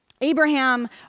Abraham